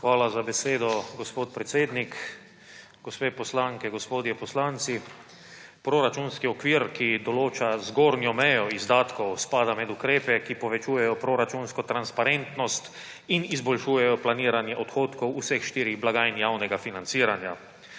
Hvala za besedo, gospod predsednik. Gospe poslanke, gospodje poslanci! Proračunski okvir, ki določa zgornjo mejo izdatkov, spada med ukrepe, ki povečujejo proračunsko transparentnost in izboljšujejo planiranje odhodkov vseh štirih blagajn javnega financiranja.